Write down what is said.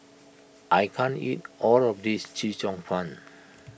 I can't eat all of this Chee Cheong Fun